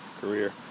career